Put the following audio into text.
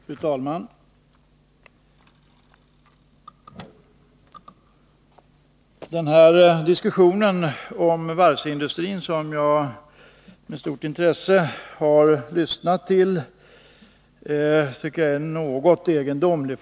Fru talman! Jag tycker att den här diskussionen om varvsindustrin, som jag med stort intresse har lyssnat till, är något egendomlig.